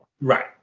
Right